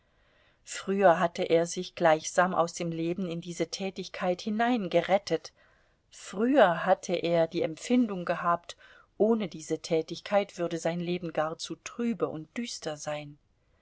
früher hatte er sich gleichsam aus dem leben in diese tätigkeit hineingerettet früher hatte er die empfindung gehabt ohne diese tätigkeit würde sein leben gar zu trübe und düster sein